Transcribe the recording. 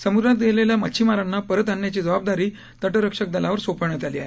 समुद्रात गेलेल्या मच्छिमारांना परत आणण्याची जबाबदारी तटरक्षक दलावर सोपविण्यात आली आहे